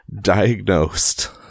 diagnosed